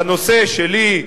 בנושא שלי,